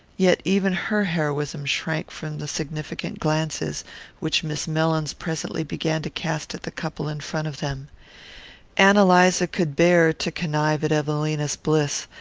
yet even her heroism shrank from the significant glances which miss mellins presently began to cast at the couple in front of them ann eliza could bear to connive at evelina's bliss,